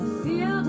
feel